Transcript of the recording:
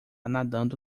nadando